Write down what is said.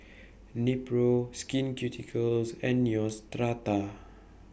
Nepro Skin Ceuticals and Neostrata